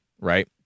right